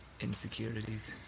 insecurities